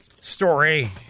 story